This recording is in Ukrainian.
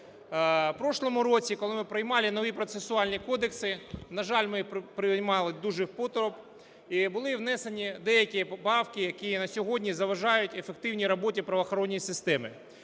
У прошлому році, коли ми приймали нові процесуальні кодекси, на жаль, ми приймали їх дуже хутко, і були внесені деякі поправки, які на сьогодні заважають ефективній роботі в правоохоронній системі.